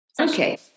okay